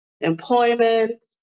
employment